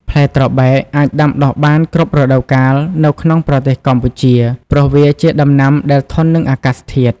ផ្លែត្របែក អាចដាំដុះបាន គ្រប់រដូវកាល នៅក្នុងប្រទេសកម្ពុជា ព្រោះវាជាដំណាំដែលធន់នឹងអាកាសធាតុ។